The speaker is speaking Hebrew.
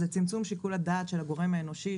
זה צמצום שיקול הדעת של הגורם האנושי,